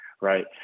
right